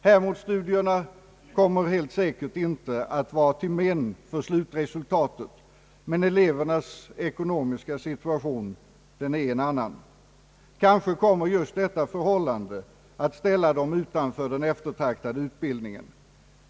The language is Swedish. Hermodsstudierna kommer helt säkert inte att vara till men för slutresultatet — men elevernas ekonomiska situation är en annan, Kanske kommer just detta förhållande att ställa någon av dem utanför den eftertraktade utbildningen.